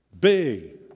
Big